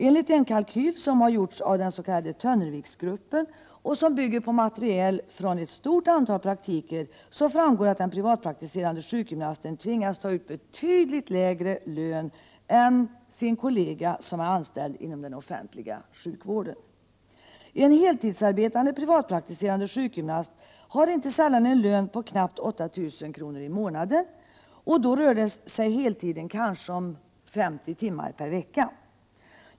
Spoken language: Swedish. Enligt en kalkyl som gjorts av den s.k. Tönnerviksgruppen och som bygger på material från ett stort antal praktiker tvingas den privatpraktiserande sjukgymnasten ta ut betydligt lägre lön än sin kollega som är anställd inom den offentliga vården. En heltidsarbetande privatpraktiserande sjukgymnast har inte sällan en lön på knappt 8 000 kr. per månad, och då är det fråga om en heltidstjänstgöring om kanske 50 timmar per vecka.